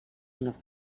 una